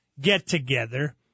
get-together